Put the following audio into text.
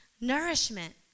nourishment